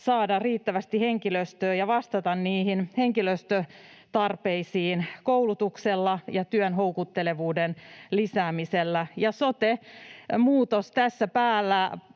saada riittävästi henkilöstöä ja vastata henkilöstötarpeisiin koulutuksella ja työn houkuttelevuuden lisäämisellä. Ja sote-muutos tässä päällä